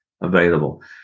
available